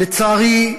לצערי,